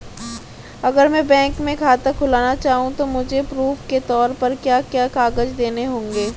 अगर मैं बैंक में खाता खुलाना चाहूं तो मुझे प्रूफ़ के तौर पर क्या क्या कागज़ देने होंगे?